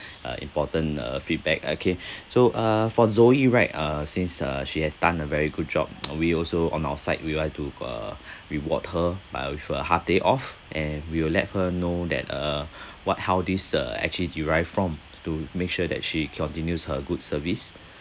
uh important uh feedback okay so uh for zoe right uh since uh she has done a very good job we also on our side we would like to uh reward her by half day off and we will let her know that uh what how this uh actually derived from to make sure that she continues her good service